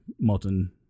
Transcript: modern